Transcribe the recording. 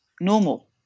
normal